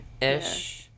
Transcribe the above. ish